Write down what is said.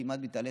כמעט מתעלפת,